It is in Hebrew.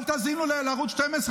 אל תאזינו לערוץ 12,